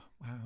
wow